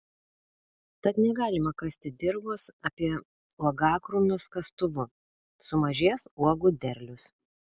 tad negalima kasti dirvos apie uogakrūmius kastuvu sumažės uogų derlius